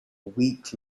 week